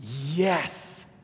Yes